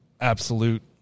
absolute